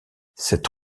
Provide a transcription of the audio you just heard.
cette